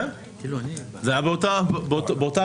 כן, זה היה באותה רמה.